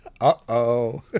Uh-oh